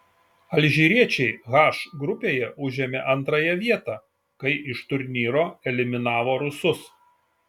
alžyriečiai h grupėje užėmė antrąją vietą kai iš turnyro eliminavo rusus